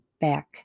back